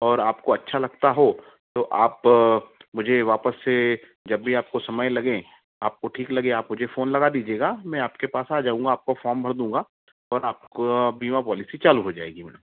और आपको अच्छा लगता हो तो आप मुझे वापस से जब भी आपको समय लगे आप को ठीक लगे आप मुझे फोन लगा दीजिएगा मैं आपके पास आ जाऊंगा आपका फॉर्म भर दूंगा और आपका बीमा पॉलिसी चालू हो जाएगी मैडम